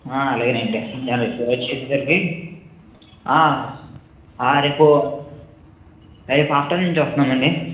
అలాగేనండి నేను వచ్చేసరికి రేపు రేపు ఆఫ్టర్నూన్ నుంచి వస్తాం అండి